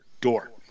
door